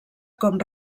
com